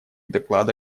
доклада